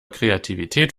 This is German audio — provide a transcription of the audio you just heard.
kreativität